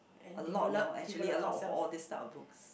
a lot know actually a lot of this type of book